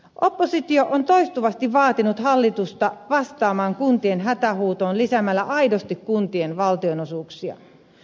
oppositio on toistuvasti vaatinut hallitusta vastaamaan kuntien hätähuutoon lisäämällä aidosti kuntien valtionosuuksia